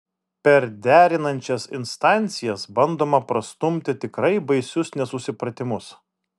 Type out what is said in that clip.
per derinančias instancijas bandoma prastumti tikrai baisius nesusipratimus